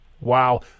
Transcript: wow